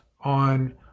on